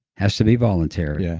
has to be voluntary, yeah